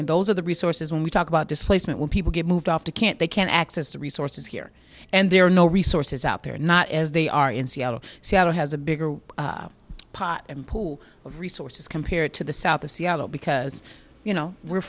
and those are the resources when we talk about displacement when people get moved off to can't they can't access to resources here and there are no resources out there not as they are in seattle seattle has a bigger pot and pool of resources compared to the south of seattle because you know we're